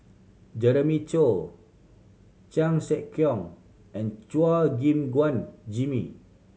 Jeremiah Choy Chan Sek Keong and Chua Gim Guan Jimmy